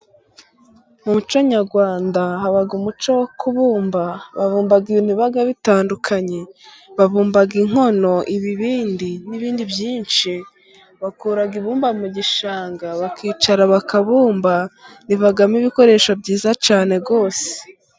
Mu muco nyarwanda haba umuco wo kubumba, babumba ibintu biba bitandukanye, babumba inkono ibibindi n'ibindi byinshi, bakura ibumba mu gishanga ,bakicara bakabumba ,rivamo ibikoresho byiza cyane rwose.